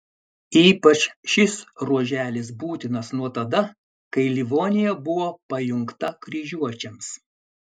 ypač šis ruoželis būtinas nuo tada kai livonija buvo pajungta kryžiuočiams